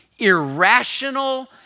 Irrational